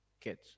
kids